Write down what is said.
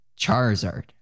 Charizard